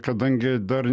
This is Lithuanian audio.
kadangi dar